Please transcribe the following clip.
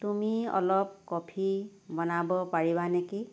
তুমি অলপ কফি বনাব পাৰিবা নেকি